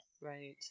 right